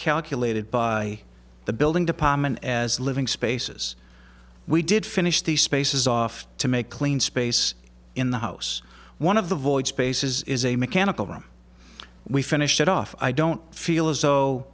calculated by the building department as living spaces we did finish the spaces off to make clean space in the house one of the void spaces is a mechanical room we finished it off i don't feel as though